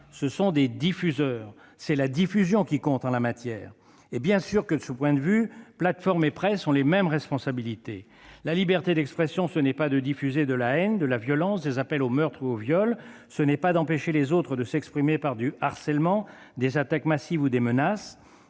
ce sont des diffuseurs. C'est la diffusion qui compte en la matière. De ce point de vue, plateformes et presse ont les mêmes responsabilités. La liberté d'expression, ce n'est pas de diffuser de la haine, de la violence, des appels au meurtre ou au viol, ce n'est pas d'empêcher les autres de s'exprimer par du harcèlement, des attaques massives ou des menaces.